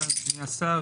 תודה אדוני השר,